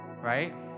right